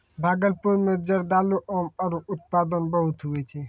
भागलपुर मे जरदालू आम रो उत्पादन बहुते हुवै छै